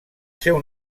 seu